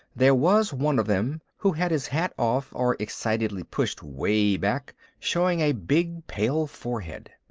there was one of them who had his hat off or excitedly pushed way back, showing a big pale forehead.